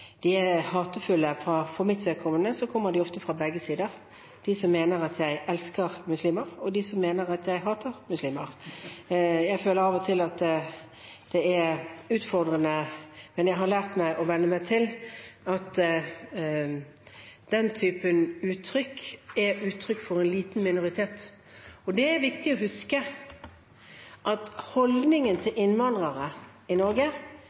hatefulle. For mitt vedkommende kommer de ofte fra begge sider – fra dem som mener at jeg elsker muslimer, og fra dem som mener at jeg hater muslimer. Jeg føler av og til at det er utfordrende, men jeg har lært meg å venne meg til at den typen uttrykk er uttrykk for en liten minoritet. Det er viktig å huske at holdningen til innvandrere i Norge